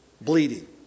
bleeding